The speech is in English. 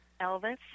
elvis